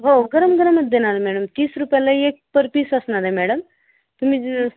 हो गरम गरमच देणार मॅडम तीस रुपयाला एक पर पीस असणार आहे मॅडम तुम्ही जर